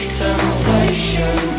temptation